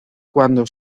cuando